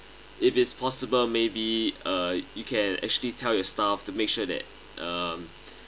if it's possible maybe uh you can actually tell your staff to make sure that uh